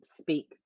speak